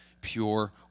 pure